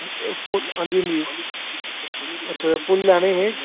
अंजी अंजी कोलै आने एह्